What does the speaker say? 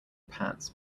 pants